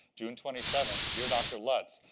june twenty seven. dear dr. lutz,